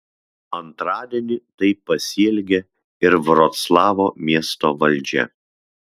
antradienį taip pasielgė ir vroclavo miesto valdžia